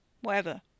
Whatever